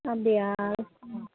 அப்படியா ம்